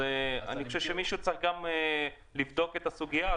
אני חושב שמישהו צריך לבדוק גם את הסוגיה הזאת.